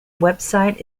website